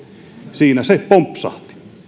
siinä se pompsahti